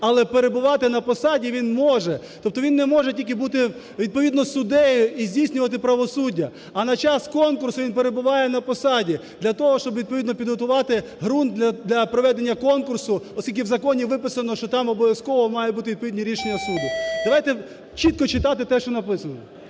але перебувати на посаді він може. Тобто він не може тільки бути відповідно суддею і здійснювати правосуддя, а на час конкурсу він перебуває на посаді для того, щоб відповідно підготувати ґрунт для проведення конкурсу, оскільки в законі виписано, що там обов'язково мають бути відповідні рішення суду. Давайте чітко читати те, що написано.